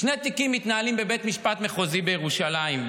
שני תיקים מתנהלים בבית המשפט המחוזי בירושלים: